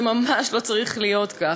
זה ממש לא צריך להיות כך.